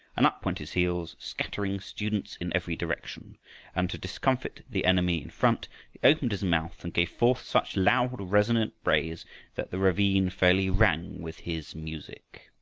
and up went his heels, scattering students in every direction and to discomfit the enemy in front he opened his mouth and gave forth such loud resonant brays that the ravine fairly rang with his music.